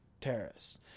terrorists